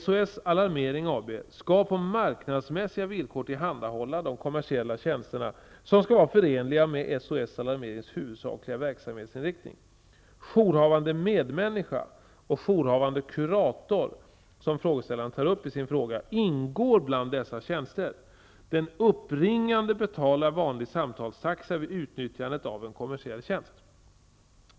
SOS Alarmering AB skall på marknadsmässiga villkor tillhandahålla de kommersiella tjänsterna, som skall vara förenliga med SOS Alarmerings huvudsakliga verksamhetsinriktning. Jourhavande medmänniska och jourhavande kurator, som frågeställaren tar upp i sin fråga, ingår bland dessa tjänster. Den uppringande betalar vanlig samtalstaxa vid utnyttjande av en kommersiell tjänst.